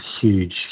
huge